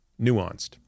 nuanced